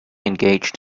engaged